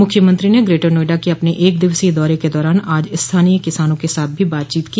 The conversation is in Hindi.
मुख्यमंत्री ने ग्रेटर नोएडा के अपने एक दिवसीस दौरे के दौरान आज स्थानीय किसानों के साथ भी बातचीत की